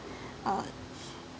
uh